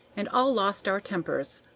and all lost our tempers.